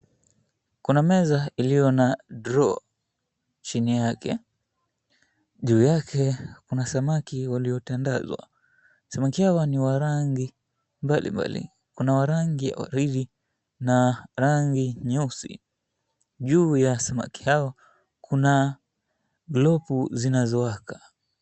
Kuna meza iliyo na drawer chini yake. Juu yake kuna samaki waliotandazwa. Samaki hawa ni wa rangi mbalimbali. Kuna wa rangi ya oringi na rangi nyeusi. Juu ya samaki hawa kuna glopu zinazowaka.